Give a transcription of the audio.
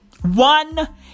One